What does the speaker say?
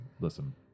Listen